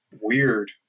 weird